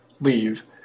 leave